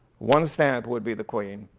one stamp would be the queen,